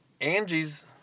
Angie's